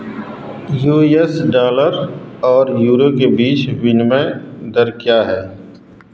you S dollar और euro के बीच विनिमय दर क्या है